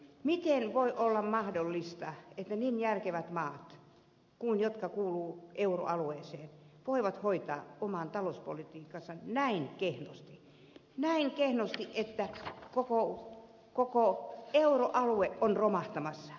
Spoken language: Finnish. miten voi olla mahdollista että niin järkevät maat kuin ne jotka kuuluvat euroalueeseen voivat hoitaa oman talouspolitiikkansa näin kehnosti näin kehnosti että koko euroalue on romahtamassa